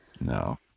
No